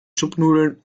schupfnudeln